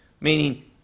meaning